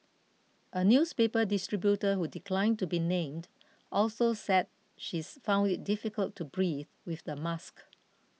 a newspaper distributor who declined to be named also said she's found it difficult to breathe with the mask